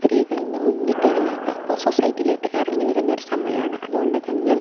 സ്ത്രീകൾ ഇന്ന് മുന്നിട്ട് വരുന്ന സൊസൈറ്റിയിലോട്ട് ഇറങ്ങി വരുന്ന ഒരു സമയമാണ് അത് കൊണ്ടുതന്നെ